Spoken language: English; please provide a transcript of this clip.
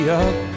up